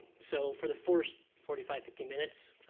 so for the first forty five, fifty minutes,